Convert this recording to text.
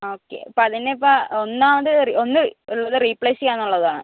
okay അപ്പോൾ അതിനിപ്പോൾ ഒന്നാമത് ഒന്ന് ഉള്ളത് റീപ്ലേസ് ചെയ്യുക എന്നുള്ളതാണ്